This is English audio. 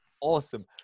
Awesome